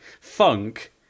funk